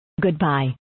Goodbye